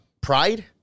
pride